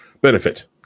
benefit